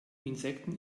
insekten